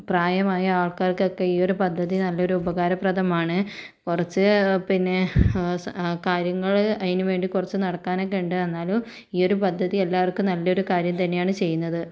പ്രായമായ ആൾക്കാർക്കൊക്കെ ഈയൊരു പദ്ധതി നല്ലൊരു ഉപകാരപ്രദമാണ് കുറച്ച് പിന്നെ സ് കാര്യങ്ങൾ അതിനു വേണ്ടി കുറച്ച് നടക്കാനൊക്കെ ഉണ്ട് എന്നാലും ഈയൊരു പദ്ധതി എല്ലാവർക്കും നല്ലൊരു കാര്യം തന്നെയാണ് ചെയ്യുന്നത്